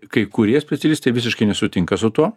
kai kurie specialistai visiškai nesutinka su tuo